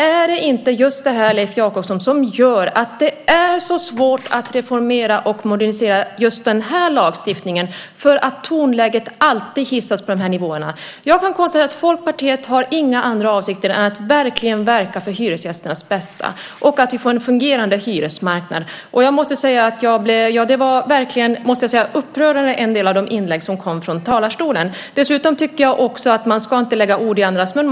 Är det inte just det här, Leif Jakobsson, som gör att det är så svårt att reformera och modernisera just den här lagstiftningen? Tonläget hissas alltid upp på de här nivåerna. Jag kan konstatera att Folkpartiet inte har några andra avsikter än att verkligen verka för hyresgästernas bästa och för att vi ska få en fungerande hyresmarknad. Jag måste säga att en del av de inlägg som kom från talarstolen verkligen var upprörande. Dessutom tycker jag inte att man ska lägga ord i andras mun.